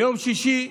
ביום שישי,